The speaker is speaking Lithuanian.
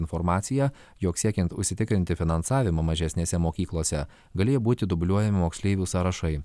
informaciją jog siekiant užsitikrinti finansavimą mažesnėse mokyklose galėjo būti dubliuojami moksleivių sąrašai